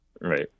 Right